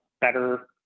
better